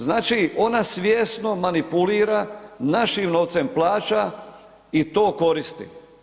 Znači, ona svjesno manipulira našim novcem plaća i to koristi.